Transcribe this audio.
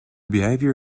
behavior